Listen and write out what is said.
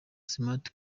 smart